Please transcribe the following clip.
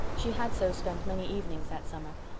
she had so spent many evenings that summer,